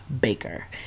baker